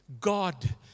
God